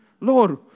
Lord